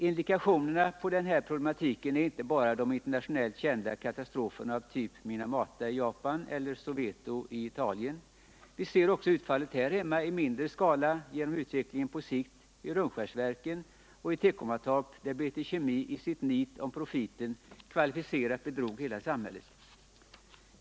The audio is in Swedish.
Indikationer på denna problematik är inte bara de internationellt kända katastroferna av typ Minamata i Japan eller Seveso i Italien. Vi ser också utfallet här hemma i mindre skala genom utvecklingen på sikt vid Rönnskärsverken och i Teckomatorp, där BT Kemi i sitt nit om profiten kvalificerat bedrog hela samhället.